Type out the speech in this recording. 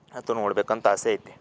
ಅದು ನೋಡಬೇಕಂತ ಆಸೆ ಐತಿ